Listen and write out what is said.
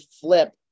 flip